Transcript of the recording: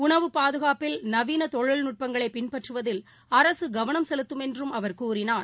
உணவு பாதுகாப்பில் நவீனதொழில்நட்பங்களைபின்பற்றுவதில் அரசுகவனம் செலுத்தம் என்றும் அவர் கூறியுள்ளார்